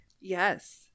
yes